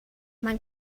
man